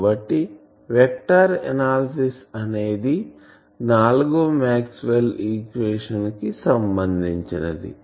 కాబట్టి vector analysis అనేది నాల్గవ మాక్స్వెల్ ఈక్వేషన్ కి సంబందించినది